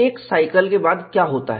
एक साइकिल के बाद क्या होता है